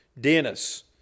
Dennis